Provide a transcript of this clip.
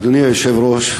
אדוני היושב-ראש,